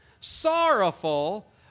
sorrowful